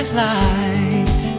light